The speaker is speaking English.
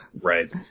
Right